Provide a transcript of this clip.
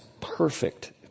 perfect